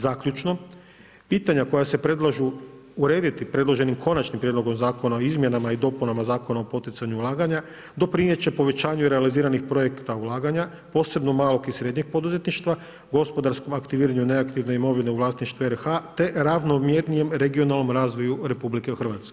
Zaključno, pitanje koja se predlažu urediti predloženim konačnim prijedlogom zakona o izmjenama i dopunama Zakona o poticanju ulaganja, doprinijeti će povećanju realiziranog projekta ulaganja, posebno malog i srednjeg poduzetništva, gospodarsko aktiviranju neaktivne imovine u vlasništvu RH, te ravnomjernijem regionalnom razvoju RH.